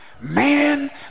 man